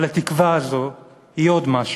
אבל התקווה הזאת היא עוד משהו,